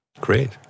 Great